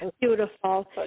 Beautiful